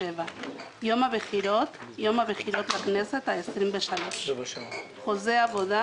במהלך חקיקת חוק הבחירות לכנסת העשרים ושלוש (הוראות מיוחדות),